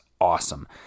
awesome